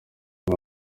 uyu